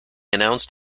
announced